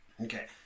okay